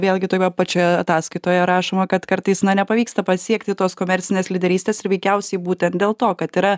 vėlgi toje pačioje ataskaitoje rašoma kad kartais nepavyksta pasiekti tos komercinės lyderystės ir veikiausiai būtent dėl to kad yra